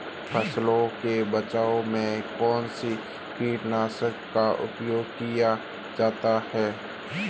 फसलों के बचाव में कौनसा कीटनाशक का उपयोग किया जाता है?